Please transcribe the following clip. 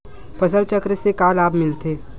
फसल चक्र से का लाभ मिलथे?